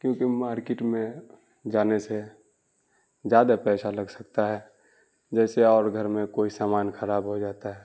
کیونکہ مارکٹ میں جانے سے زیادہ پیسہ لگ سکتا ہے جیسے اور گھر میں کوئی سامان خراب ہو جاتا ہے